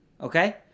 Okay